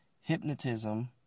Hypnotism